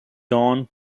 don